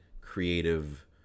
creative